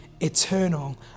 eternal